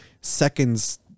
seconds